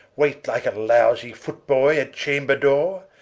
wait like a lowsie foot-boy at chamber dore?